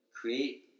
create